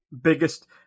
Biggest